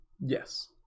Yes